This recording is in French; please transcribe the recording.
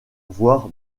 voire